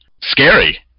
Scary